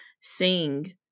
sing